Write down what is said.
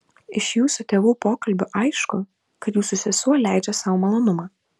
iš jūsų tėvų pokalbio aišku kad jūsų sesuo leidžia sau malonumą